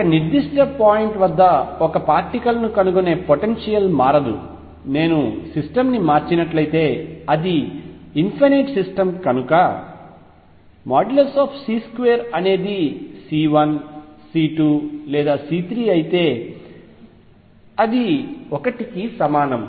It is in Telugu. ఒక నిర్దిష్ట పాయింట్ వద్ద ఒక పార్టికల్ ను కనుగొనే పొటెన్షియల్ మారదు నేను సిస్టమ్ని మార్చినట్లయితే అది ఇన్ఫైనైట్ సిస్టమ్ కనుక C2అనేది C1 C2 లేదా C3అయితే అది 1 కి సమానం